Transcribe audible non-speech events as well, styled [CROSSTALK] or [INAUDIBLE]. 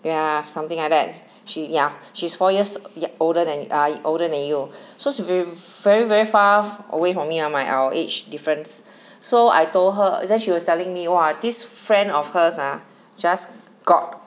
ya something like that [BREATH] she ya [BREATH] she is four years older than ah older than you [BREATH] so ve~ very very far away from me and my our age difference [BREATH] so I told her that she was telling me !wah! this friend of hers ah just got